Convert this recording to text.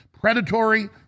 predatory